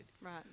right